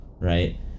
right